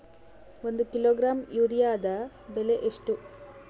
ಒಂದು ಕಿಲೋಗ್ರಾಂ ಯೂರಿಯಾದ ಬೆಲೆ ಎಷ್ಟು?